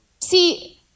See